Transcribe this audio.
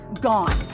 gone